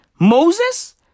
Moses